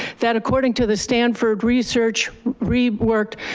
that according to the stanford research report,